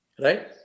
right